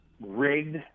rigged